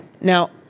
Now